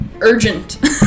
urgent